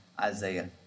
isaiah